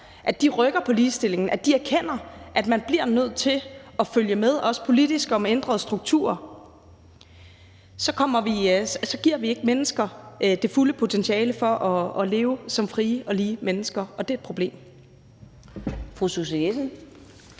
foran, rykker på ligestillingen, og at de erkender, at man bliver nødt til at følge med, også politisk og med ændrede strukturer, så giver vi ikke mennesker det fulde potentiale for at leve som frie og lige mennesker, og det er et problem.